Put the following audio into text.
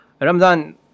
Ramadan